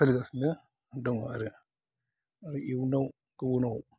सोलिगासिनो दङ आरो इयुनाव गुबुनाव